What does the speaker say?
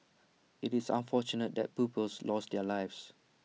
IT is unfortunate that pupils lost their lives